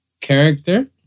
character